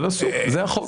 אבל, זה החוק.